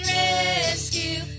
rescue